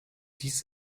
dies